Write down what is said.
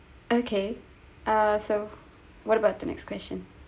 okay uh so what about the next question